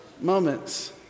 moments